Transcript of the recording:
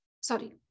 sorry